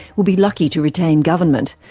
will be lucky to retain government,